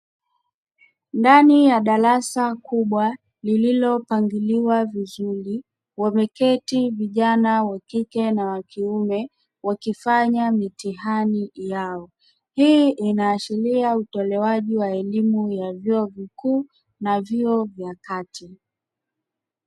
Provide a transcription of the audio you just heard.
Ndani ya darasa kubwa lililo pangiliwa vizuri wameketi vijana wa kike na wa kiume wakifanya mitihani yao hii inaashiria utolewaji wa elimu wa vyuo vikuu na vyuo vya kati.